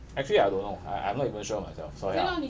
actually I don't know I I'm not even sure myself so ya